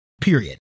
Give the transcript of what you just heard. period